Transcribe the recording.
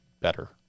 better